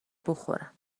بخورن